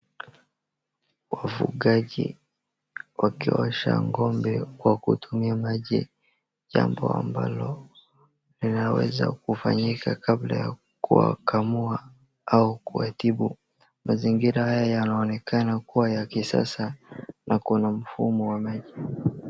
Wafugaji wakiosha ngombe wakitumia maji jambo ambalo linaweza kufanyika kabla ya kuwakamua aU kuwatibu. Mazingira haya yanaonekana kuwa wa kisasa na kuna mfumo wa maji.